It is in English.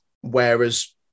Whereas